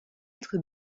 être